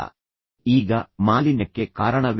ಈಗ ಮಾಲಿನ್ಯಕ್ಕೆ ಕಾರಣವೇನು ಮತ್ತು ಅದು ಎಲ್ಲಿ ಕಾರಣವಾಗುತ್ತಿದೆ